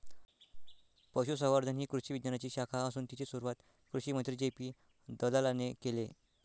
पशुसंवर्धन ही कृषी विज्ञानाची शाखा असून तिची सुरुवात कृषिमंत्री जे.पी दलालाने केले